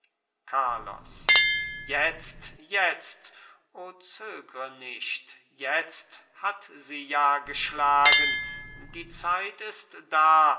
carlos jetzt jetzt o zögre nicht jetzt hat sie ja geschlagen die zeit ist da